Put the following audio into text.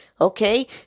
Okay